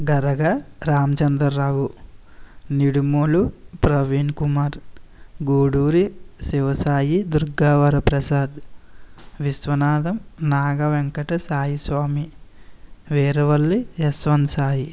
Garaga Ramachandrarao Nidumolu Praveen Kumar Gooduri Siva Sai Durga Varaprasad Viswanadham Naga Venkata Sai Swamy Veeravalli Yashwant Sai